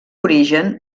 origen